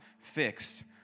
fixed